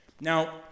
Now